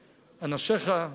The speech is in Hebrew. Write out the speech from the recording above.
אנשיך,